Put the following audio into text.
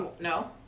no